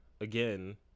again